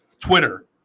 Twitter